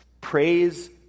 praise